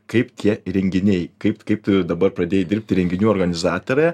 kaip tie renginiai kaip kaip dabar pradėjai dirbti renginių organizatare